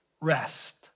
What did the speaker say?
rest